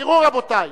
תראו, רבותי,